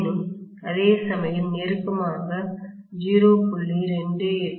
ஏதேனும் அதேசமயம் நெருக்கமாக 0